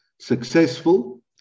successful